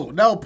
no